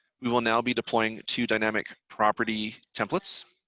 we will now be deploying two dynamic property templates.